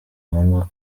ngombwa